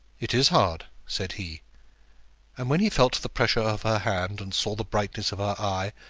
it is hard, said he and when he felt the pressure of her hand, and saw the brightness of her eye,